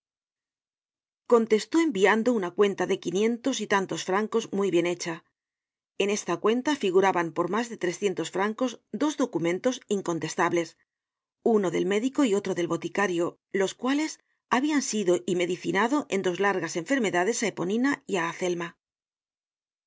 contestó enviando una cuenta de quinientos y tantos francos muy bien hecha en esta cuenta figuraban por mas de trescientos francos dos documentos incontestables uno del médico y otro del boticario los cuales habian asistido y medicinado en dos largas enfermedades á eponina y